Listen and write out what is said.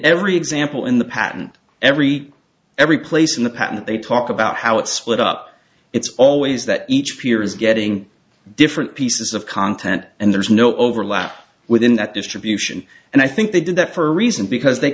every example in the patent every every place in the patent they talk about how it's split up it's always that each peer is getting different pieces of content and there's no overlap within that distribution and i think they did that for a reason because they